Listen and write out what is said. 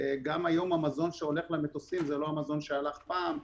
גם היום המזון שהולך למטוסים זה לא המזון שהלך פעם,